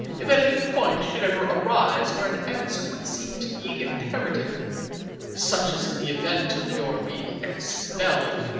if any point should ever arise where an answer would seem to be imperative such as in the event of your being expelled,